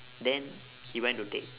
then he went to take